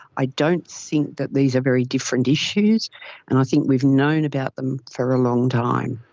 i don't think that these are very different issues and i think we've known about them for a long time.